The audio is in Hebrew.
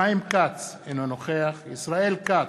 אינו נוכח חיים כץ, אינו נוכח ישראל כץ,